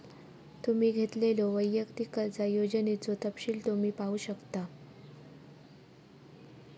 तुम्ही घेतलेल्यो वैयक्तिक कर्जा योजनेचो तपशील तुम्ही पाहू शकता